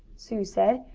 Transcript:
sue said.